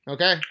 Okay